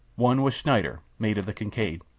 one was schneider, mate of the kincaid,